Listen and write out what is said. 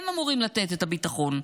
הם אמורים לתת את הביטחון.